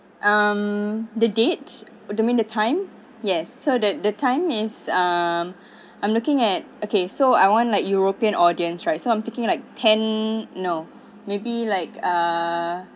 um the dates you mean the time yes so that the time is um I'm looking at okay so I want like european audience right so I'm taking like ten no maybe like uh